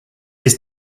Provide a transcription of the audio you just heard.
his